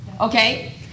Okay